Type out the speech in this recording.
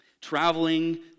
traveling